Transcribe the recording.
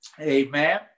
amen